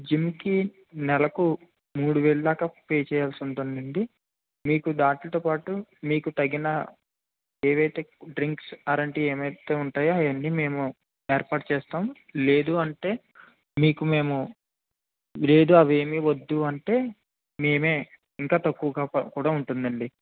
జిమ్కి నెలకు మూడు వేలు దాకా పే చేయాల్సి ఉంటుంది అండి మీకు డాక్టర్తో పాటు మీకు తగిన ఏవైతే డ్రింక్స్ ఆర్ఎన్టి ఏవైతే ఉంటాయో అవి అన్నీ మేము ఏర్పాటు చేస్తాము లేదు అంటే మీకు మేము లేదు అవి ఏమీ వద్దు అంటే మేమే ఇంకా తక్కువగా కూడా ఉంటుంది అండి